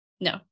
No